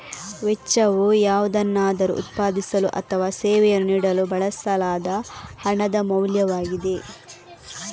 ವೆಚ್ಚವು ಯಾವುದನ್ನಾದರೂ ಉತ್ಪಾದಿಸಲು ಅಥವಾ ಸೇವೆಯನ್ನು ನೀಡಲು ಬಳಸಲಾದ ಹಣದ ಮೌಲ್ಯವಾಗಿದೆ